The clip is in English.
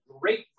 great